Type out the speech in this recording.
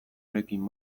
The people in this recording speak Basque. eraikin